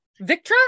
Victra